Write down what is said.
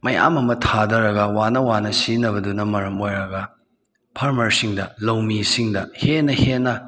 ꯃꯌꯥꯝ ꯑꯃ ꯊꯥꯗꯔꯒ ꯋꯥꯅ ꯋꯥꯅ ꯁꯤꯖꯤꯟꯅꯕꯗꯨꯅ ꯃꯔꯝ ꯑꯣꯏꯔꯒ ꯐꯔꯃꯔꯁꯤꯡꯗ ꯂꯧꯃꯤꯁꯤꯡꯗ ꯍꯦꯟꯅ ꯍꯦꯟꯅ